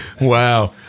Wow